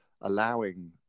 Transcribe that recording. allowing